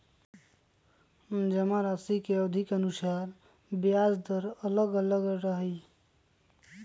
जमाराशि के अवधि के अनुसार ब्याज दर अलग अलग रहा हई